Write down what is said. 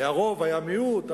היה רוב והיה מיעוט,